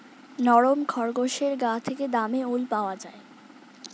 নরম খরগোশের গা থেকে দামী উল পাওয়া যায়